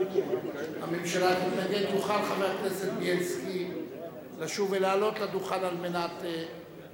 הממשלה תתנגד יוכל חבר הכנסת בילסקי לשוב ולעלות לדוכן כדי